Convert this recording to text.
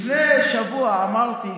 לפני שבוע אמרתי,